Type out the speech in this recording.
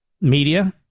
media